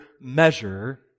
measure